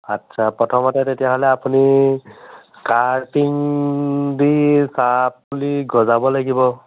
আচ্ছা প্ৰথমতে তেতিয়াহ'লে আপুনি কাটিং দি চাহ পুলি গজাব লাগিব